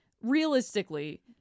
realistically